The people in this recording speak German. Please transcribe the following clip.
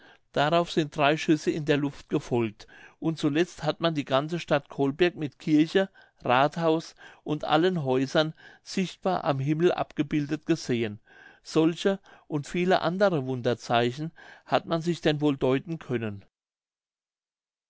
darauf sind drei schüsse in der luft gefolgt und zuletzt hat man die ganze stadt colberg mit kirche rathhaus und allen häusern sichtbarlich am himmel abgebildet gesehen solche und viele andere wunderzeichen hat man sich denn wohl deuten können